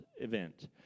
event